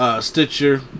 Stitcher